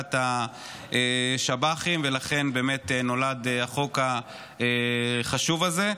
העסקת השב"חים ולכן באמת נולד החוק החשוב הזה.